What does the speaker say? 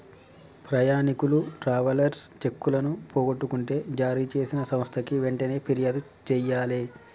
ప్రయాణీకులు ట్రావెలర్స్ చెక్కులను పోగొట్టుకుంటే జారీచేసిన సంస్థకి వెంటనే పిర్యాదు జెయ్యాలే